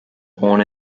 born